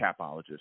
capologist